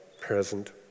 present